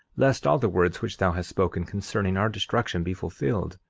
lest all the words which thou hast spoken concerning our destruction be fulfilled.